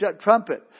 trumpet